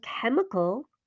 Chemical